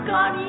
God